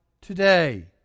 today